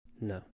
No